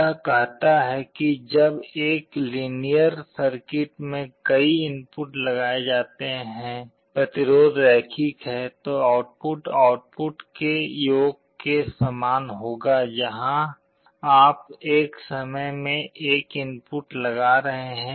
यह कहता है कि जब एक लीनियर सर्किट में कई इनपुट लगाए जाते हैं प्रतिरोध रैखिक है तो आउटपुट आउटपुट के योग के समान होगा जहां आप एक समय में एक इनपुट लगा रहे हैं